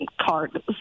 card